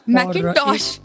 Macintosh